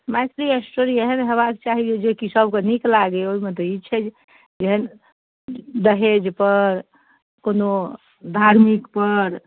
Maithili story एहन होयबाक चाही जे कि सबके नीक लागै ओहिमे तऽ ई छै जेहन दहेज पर कोनो धार्मिक पर